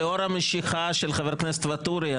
לאור המשיכה של חבר הכנסת ואטורי,